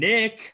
Nick